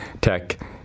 tech